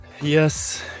Yes